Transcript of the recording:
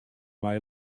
mei